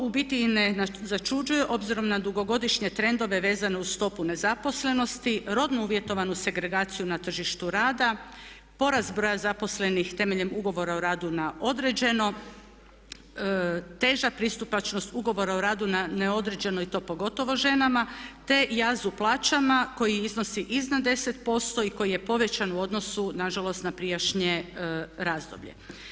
To u biti ne začuđuje obzirom na dugogodišnje trendove vezane uz stopu nezaposlenosti, rodno uvjetovanu segregaciju na tržištu rada, porast broja zaposlenih temeljem ugovora o radu na određeno, teža pristupačnost ugovora o radu na neodređeno i to pogotovo ženama te jazu plaćama koji iznosi iznad 10% i koji je povećan u odnosu nažalost na prijašnje razdoblje.